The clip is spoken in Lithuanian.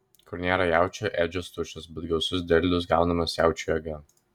kur nėra jaučių ėdžios tuščios bet gausus derlius gaunamas jaučių jėga